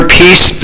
peace